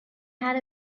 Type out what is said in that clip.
had